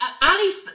Alice